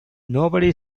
nobody